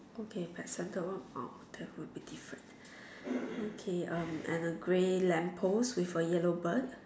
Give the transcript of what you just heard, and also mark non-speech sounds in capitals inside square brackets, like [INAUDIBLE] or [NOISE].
okay pet centre what that would be different [BREATH] okay um and a grey lamp post with a yellow bird